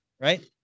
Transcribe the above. Right